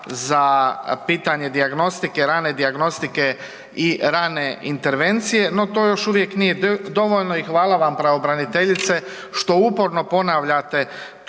pitanja rane dijagnostike i rane intervencije, no to još uvijek nije dovoljno i hvala vam pravobraniteljice što uporno ponavljate